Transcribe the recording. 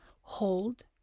hold